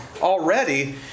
already